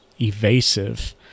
evasive